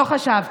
לא חשבתי.